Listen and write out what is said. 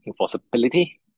enforceability